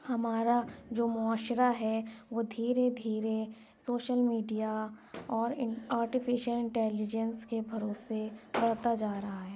ہمارا جو معاشرہ ہے وہ دھیرے دھیرے سوشل میڈیا اور اِن آرٹیفیشیل انٹلیجنس کے بھروسے بڑھتا جا رہا ہے